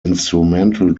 instrumental